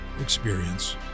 experience